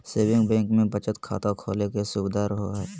saving bank मे बचत खाता खोले के सुविधा रहो हय